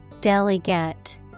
Delegate